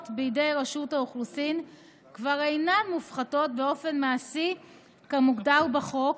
בידי רשות האוכלוסין כבר אינן מופחתות באופן מעשי כמוגדר בחוק,